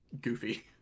Goofy